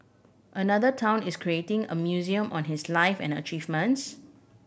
another town is creating a museum on his life and achievements